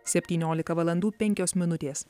septyniolika valandų penkios minutės